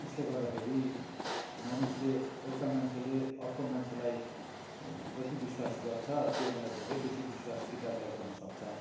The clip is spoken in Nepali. यसले गर्दाखेरि मानिसले एउटा मानिसले अर्को मान्छेलाई जति विश्वास गर्छ त्यो भन्दा धेरै बेसी विश्वास किताबलाई गर्नुसक्छ